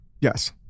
Yes